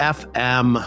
fm